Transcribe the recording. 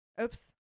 oops